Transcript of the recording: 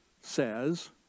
says